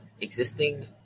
existing